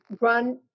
run